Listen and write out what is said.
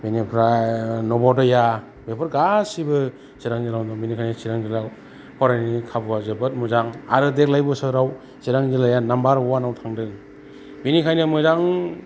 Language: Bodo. बेनिफ्राय नभ'दया बेफोर गासैबो चिरां जिल्लायावनो दं बेनिखायनो चिरां जिल्लायाव फरायनायनि खाबुआ जोबोद मोजां आरो देग्लाय बोसोराव चिरां जिल्लाया नाम्बार वानआव थांदों बेनिखायनो मोजां